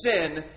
sin